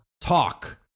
talk